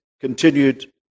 continued